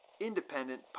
independent